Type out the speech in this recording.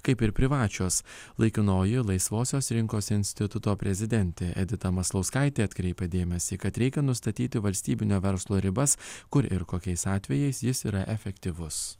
kaip ir privačios laikinoji laisvosios rinkos instituto prezidentė edita maslauskaitė atkreipė dėmesį kad reikia nustatyti valstybinio verslo ribas kur ir kokiais atvejais jis yra efektyvus